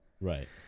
Right